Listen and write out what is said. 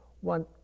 one